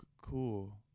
cool